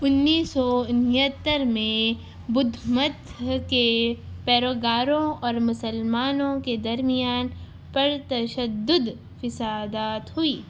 انّیس سو انہتر میں بدھ متھ کے پیروکاروں اور مسلمانوں کے درمیان پر تشدد فسادات ہوئی